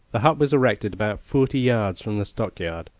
the hut was erected about forty yards from the stockyard,